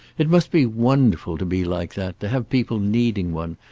it must be wonderful to be like that, to have people needing one,